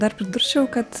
dar pridurčiau kad